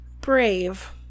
brave